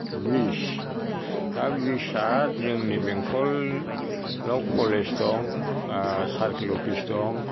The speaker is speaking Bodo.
ब्रिडस दा ब्रिडस आ जोंनि बेंटललाव कलेज दं सारकेल अफिस दं